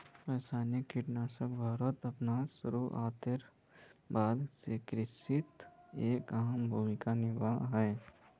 रासायनिक कीटनाशक भारतोत अपना शुरुआतेर बाद से कृषित एक अहम भूमिका निभा हा